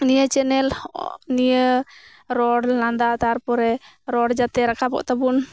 ᱱᱤᱭᱟᱹ ᱪᱮᱱᱮᱞ ᱱᱤᱭᱟᱹ ᱨᱚᱲ ᱞᱟᱸᱫᱟ ᱛᱟᱨ ᱯᱚᱨᱮ ᱨᱚᱲ ᱡᱟᱛᱮ ᱨᱟᱠᱟᱵᱚᱜ ᱛᱟᱵᱚᱱ